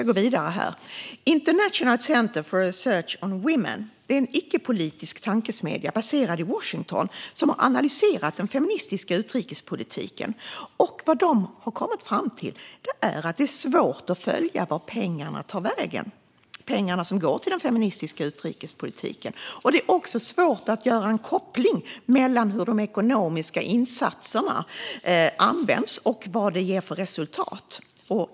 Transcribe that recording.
International Center for Research on Women, en icke-politisk tankesmedja baserad i Washington, har analyserat den feministiska utrikespolitiken. Vad de har kommit fram till är att det är svårt att följa vart pengarna tar vägen, det vill säga de pengar som går till den feministiska utrikespolitiken. Det är också svårt att göra en koppling mellan hur de ekonomiska insatserna används och vad de ger för resultat.